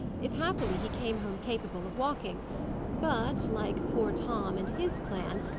if happily he came home capable of walking but, like poor tom and his plan,